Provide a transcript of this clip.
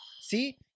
See